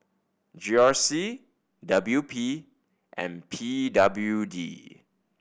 G R C W P and P W D